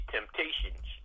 Temptations